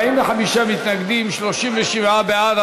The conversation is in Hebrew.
45 מתנגדים, 37 בעד.